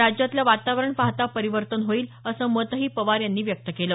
राज्यातलं वातावरण पाहता परिवर्तन होईल असं मतही पवार यांनी व्यक्त केलं